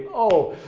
oh!